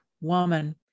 Woman